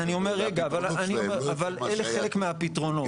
אלה חלק מהפתרונות.